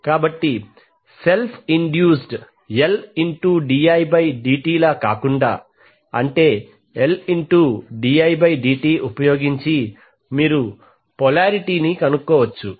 కాబట్టి self induced Ldidt లా కాకుండా అంటే Ldi dt ఉపయోగించి మీరు పొలారిటీ కనుక్కోవచ్చు